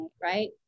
right